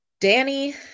Danny